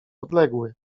odległy